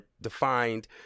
defined